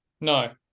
no